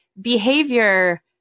behavior